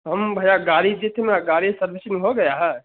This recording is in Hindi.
हम भैया गाड़ी दी थी ना गाड़ी सर्विसिंग हो गई है